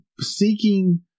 seeking